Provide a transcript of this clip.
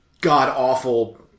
god-awful